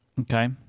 Okay